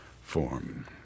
form